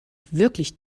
wirklich